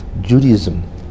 Judaism